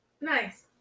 Nice